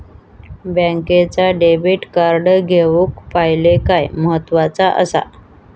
बँकेचा debit card घेउक पाहिले काय महत्वाचा असा?